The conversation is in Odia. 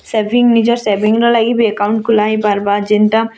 ସେଭିଂ ନିଜର୍ ସେଭିଂର ଲାଗି ବି ଏକାଉଣ୍ଟ୍ ଖୋଲା ହେଇପାର୍ବା ଯେନ୍ଟା